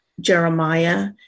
Jeremiah